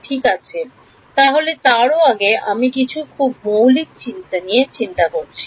ঠিক আছে তাহলে তারও আগে আমি খুব মৌলিক কিছু নিয়ে চিন্তা করছি